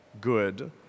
good